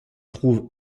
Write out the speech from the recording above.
trouve